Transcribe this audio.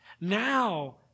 Now